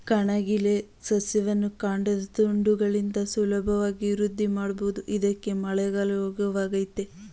ಕಣಗಿಲೆ ಸಸ್ಯವನ್ನು ಕಾಂಡದ ತುಂಡುಗಳಿಂದ ಸುಲಭವಾಗಿ ವೃದ್ಧಿಮಾಡ್ಬೋದು ಇದ್ಕೇ ಮಳೆಗಾಲ ಯೋಗ್ಯವಾಗಯ್ತೆ